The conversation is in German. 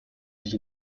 sich